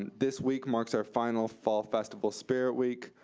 this week marks our final fall festival spirit week.